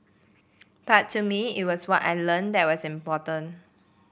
but to me it was what I learnt that was important